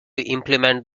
implement